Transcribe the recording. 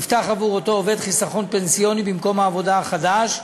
נפתח עבורו חיסכון פנסיוני במקום העבודה החדש,